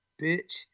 bitch